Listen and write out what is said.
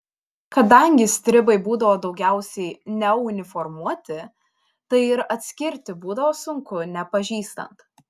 kadangi stribai būdavo daugiausiai neuniformuoti tai ir atskirti būdavo sunku nepažįstant